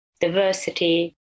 diversity